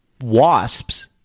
wasps